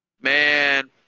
Man